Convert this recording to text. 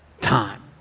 time